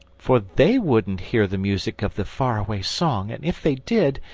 for they wouldn't hear the music of the far-away song and if they did,